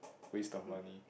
baed on one